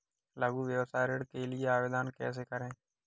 लघु व्यवसाय ऋण के लिए आवेदन कैसे करें?